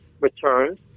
returned